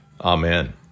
Amen